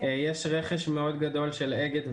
יש רכש מאוד גדול של אגד ודן,